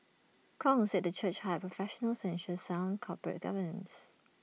Kong said the church hired professionals to ensure sound corporate governance